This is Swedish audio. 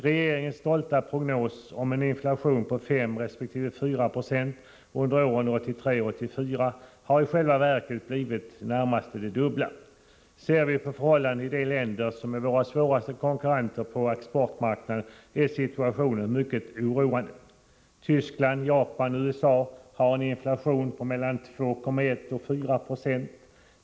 Regeringens stolta prognos var en inflation på 5 resp. 4 96 under åren 1983 och 1984, men den har i själva verket blivit i det närmaste det dubbla. Ser vi på förhållandena i de länder som är våra svåraste konkurrenter på exportmarknaden är situationen mycket oroande. Tyskland, Japan och USA har en inflation på mellan 2,1 och 4 96.